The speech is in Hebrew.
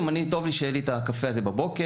"אני טוב לי שיהיה לי את הקפה בבוקר,